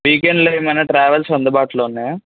వీకెండ్లో ఏమైనా ట్రావెల్స్ అందుబాటులో ఉన్నాయా